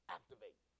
activate